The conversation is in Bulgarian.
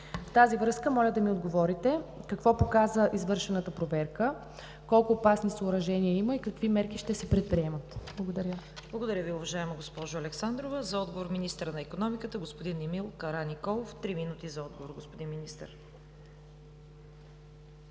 В тази връзка моля да ми отговорите: какво показа извършената проверка? Колко опасни съоръжения има и какви мерки ще се предприемат? Благодаря Ви. ПРЕДСЕДАТЕЛ ЦВЕТА КАРАЯНЧЕВА: Благодаря, уважаема госпожо Александрова. За отговор – министърът на икономиката господин Емил Караниколов. Три минути за отговор, господин Министър.